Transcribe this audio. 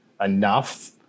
enough